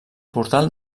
portal